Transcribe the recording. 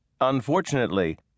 Unfortunately